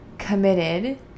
committed